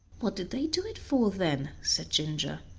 what did they do it for then? said ginger.